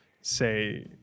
say